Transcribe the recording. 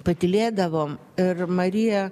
patylėdavo ir marija